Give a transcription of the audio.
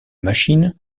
machine